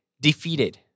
defeated